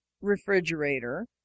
refrigerator